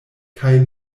kaj